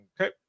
okay